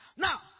Now